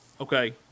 Okay